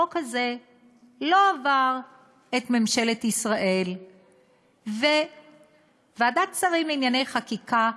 החוק הזה לא עבר את ממשלת ישראל וועדת שרים לענייני חקיקה,